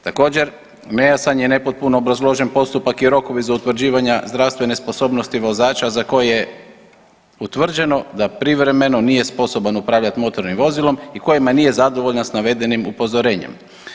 Također nejasan je nepotpuno obrazložen postupak i rokovi za utvrđivanje zdravstvene sposobnosti vozača za koji je utvrđeno da privremeno nije sposoban upravljati motornim vozilom i koji nije zadovoljan sa navedenim upozorenjem.